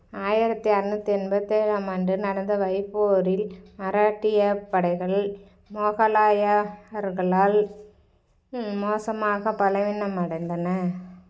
ஆயிரத்து அறநூற்றி எண்பத்து ஏழாம் ஆண்டு நடந்த வைப்போரில் மராட்டியப் படைகள் முகலாயர்களால் ம் மோசமாக பலவீனமடைந்தன